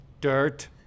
dirt